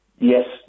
Yes